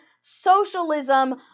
socialism